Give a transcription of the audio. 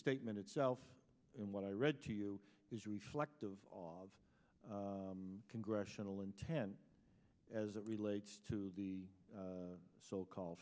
statement itself and what i read to you is reflective of congressional intent as it relates to the so called